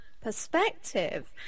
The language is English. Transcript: perspective